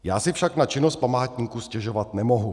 Já si však na činnost památníku stěžovat nemohu.